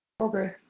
Okay